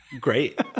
great